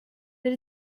that